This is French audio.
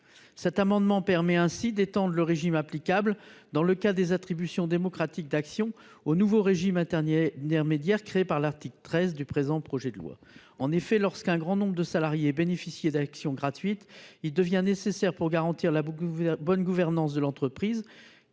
cet amendement permettrait ainsi d’étendre le régime applicable aux attributions démocratiques d’actions au nouveau régime intermédiaire créé par l’article 13 du présent projet de loi. En effet, lorsqu’un grand nombre de salariés bénéficient d’actions gratuites, il devient nécessaire pour garantir la bonne gouvernance de l’entreprise